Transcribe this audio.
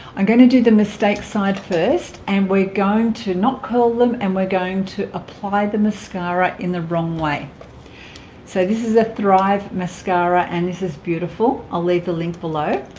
i'm going to do the mistake side first and we're going to not curl them and we're going to apply the mascara in the wrong way so this is a thrive mascara and is this beautiful i'll leave the link below